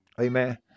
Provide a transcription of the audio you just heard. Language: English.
Amen